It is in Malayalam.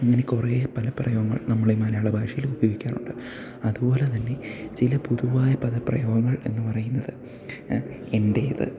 അങ്ങനെ കുറേ പല പ്രയോഗങ്ങൾ നമ്മൾ ഈ മലയാള ഭാഷയിൽ ഉപയോഗിക്കാറുണ്ട് അതുപോലെതന്നെ ചില പൊതുവായ പദപ്രയോഗങ്ങൾ എന്നു പറയുന്നത് എൻ്റേത്